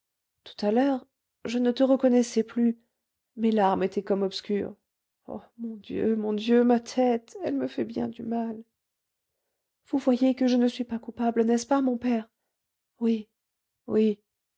tout à l'heure je ne te reconnaissais plus mes larmes étaient comme obscures oh mon dieu mon dieu ma tête elle me fait bien du mal vous voyez que je ne suis pas coupable n'est-ce pas mon père oui oui